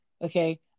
okay